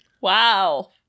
Wow